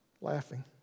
laughing